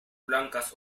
blancas